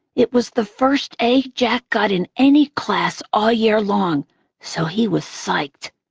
it was the first a jack got in any class all year long, so he was psyched.